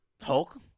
Hulk